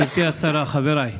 גברתי השרה, חבריי,